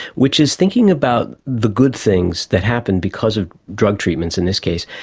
which is thinking about the good things that happen because of drug treatments, in this case,